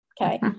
Okay